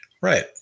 Right